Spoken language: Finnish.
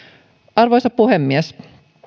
arvoisa puhemies